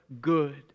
good